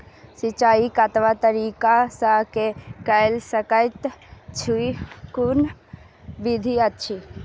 सिंचाई कतवा तरीका स के कैल सकैत छी कून कून विधि अछि?